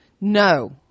No